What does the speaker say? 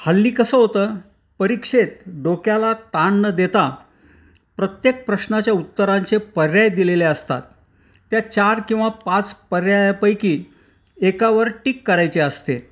हल्ली कसं होतं परीक्षेत डोक्याला ताण न देता प्रत्येक प्रश्नाच्या उत्तरांचे पर्याय दिलेले असतात त्या चार किंवा पाच पर्यायापैकी एकावर टीक करायचे असते